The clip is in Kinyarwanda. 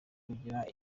kugira